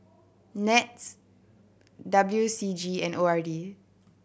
NETS W C G and O R D